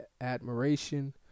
admiration